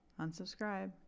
unsubscribe